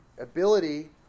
ability